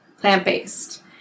plant-based